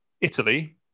Italy